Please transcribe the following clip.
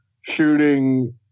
shooting